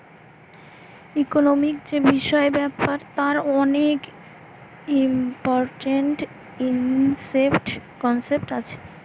economic যে বিষয় ব্যাপার তার অনেক ইম্পরট্যান্ট কনসেপ্ট আছে